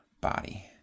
body